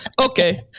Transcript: Okay